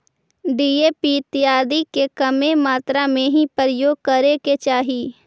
DAP इत्यादि के कमे मात्रा में ही उपयोग करे के चाहि